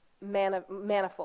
manifold